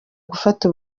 gufata